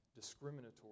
discriminatory